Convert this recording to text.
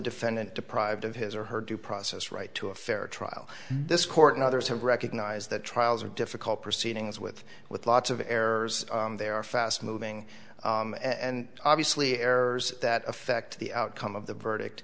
defendant deprived of his or her due process right to a fair trial this court and others have recognized that trials are difficult proceedings with with lots of errors they are fast moving and obviously errors that affect the outcome of the verdict